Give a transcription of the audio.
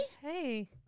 Hey